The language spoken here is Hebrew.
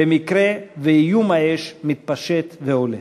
במקרה שאיום האש מתפשט והולך.